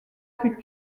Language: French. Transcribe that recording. fut